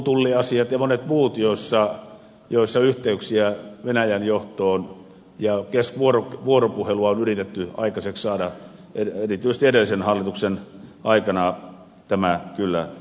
puutulliasioissa ja monissa muissa asioissa joissa yhteyksiä ja vuoropuhelua venäjän johtoon on yritetty aikaiseksi saada erityisesti edellisen hallituksen aikana tämä kyllä näkyi